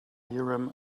urim